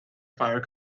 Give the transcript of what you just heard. fire